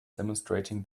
demonstrating